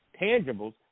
tangibles